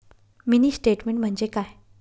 Mini statement म्हणजे काय?